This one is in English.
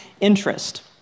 interest